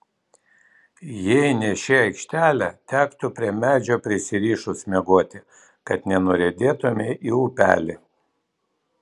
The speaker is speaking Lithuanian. jei ne ši aikštelė tektų prie medžio prisirišus miegoti kad nenuriedėtumei į upelį